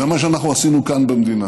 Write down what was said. זה מה שאנחנו עשינו כאן במדינה.